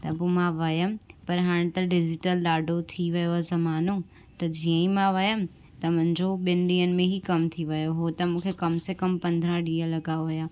त पो मां वयमि पर हाणे त डिजिटल ॾाढो थी वियो आहे ज़मानो त जीअं ई मां वयमि त मुंहिंजो ॿिनि ॾींहनि में ई कम थी वियो उहो त मूंखे कम से कम पंद्रहं ॾींहं लॻा हुआ